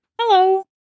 Hello